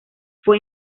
fue